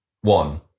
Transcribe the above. one